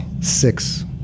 six